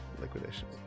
liquidation